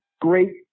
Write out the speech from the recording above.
great